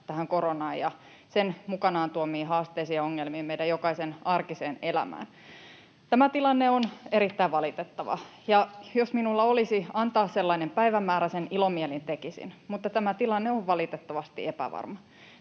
tähän koronaan ja sen mukanaan tuomiin haasteisiin ja ongelmiin meidän jokaisen arkiseen elämään. Tämä tilanne on erittäin valitettava, ja jos minulla olisi antaa sellainen päivämäärä, sen ilomielin tekisin, mutta tämä tilanne on valitettavasti epävarma.